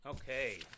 Okay